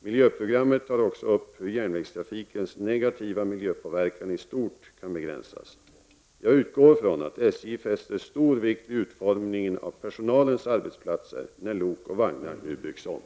Miljöprogrammet tar också upp hur järnvägstrafikens negativa miljöpåverkan i stort kan begränsas. Jag utgår från att SJ fäster stor vikt vid utformningen av personalens arbetsplatser när lok och vagnar nu byggs om.